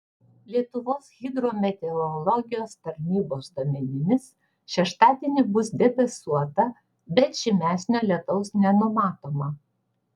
lietuvos hidrometeorologijos tarnybos duomenimis šeštadienį bus debesuota bet žymesnio lietaus nenumatoma